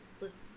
listen